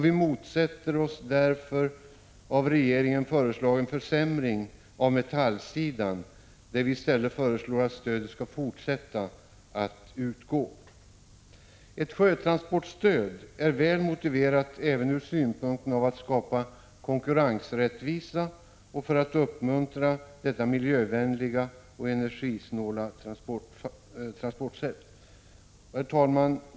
Vi motsätter oss därför den av regeringen föreslagna försämringen för metallindustrin och föreslår att stödet till denna skall fortsätta att utgå. Ett sjötransportstöd är väl motiverat även ur synpunkten av att skapa konkurrensrättvisa och för att uppmuntra detta miljövänliga och energisnåla transportsätt. Herr talman!